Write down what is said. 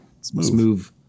Smooth